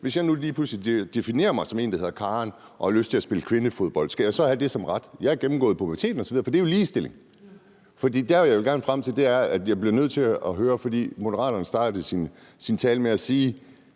hvis jeg nu lige pludselig definerer mig som en, der hedder Karen, og jeg har lyst til at spille kvindefodbold. Skal jeg så have det som en ret? For det er jo ligestilling, og jeg har gennemgået puberteten osv., men jeg bliver nødt til at høre det. For Moderaternes ordfører startede sin tale med at sige,